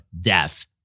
death